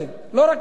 לא רק אני.